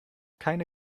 keine